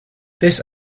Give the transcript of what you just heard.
this